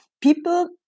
people